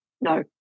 No